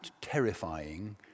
terrifying